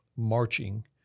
marching